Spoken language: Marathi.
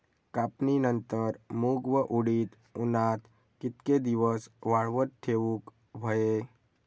कापणीनंतर मूग व उडीद उन्हात कितके दिवस वाळवत ठेवूक व्हये?